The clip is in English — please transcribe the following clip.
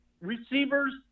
receivers